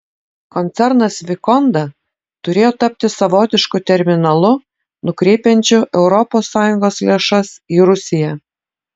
koncernas vikonda turėjo tapti savotišku terminalu nukreipiančiu europos sąjungos lėšas į rusiją